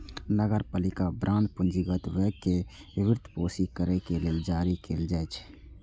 नगरपालिका बांड पूंजीगत व्यय कें वित्तपोषित करै लेल जारी कैल जाइ छै